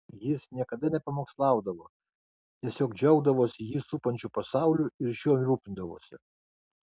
jis niekada nepamokslaudavo tiesiog džiaugdavosi jį supančiu pasauliu ir šiuo rūpindavosi